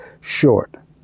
short